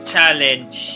Challenge